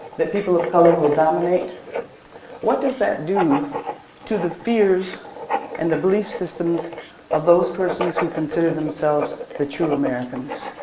that people of color will dominate what does that do to the fears and the belief systems of those persons who consider themselves the true americans?